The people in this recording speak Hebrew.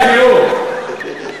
רבותי, תראו,